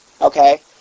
Okay